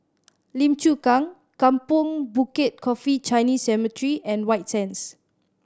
Lim Chu Kang Kampong Bukit Coffee Chinese Cemetery and White Sands